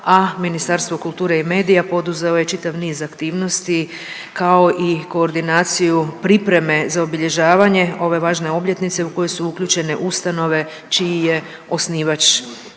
a Ministarstvo kulture i medija poduzeo je čitav niz aktivnosti kao i koordinaciju pripreme za obilježavanje ove važne obljetnice u koje su uključene ustanove čiji je osnivač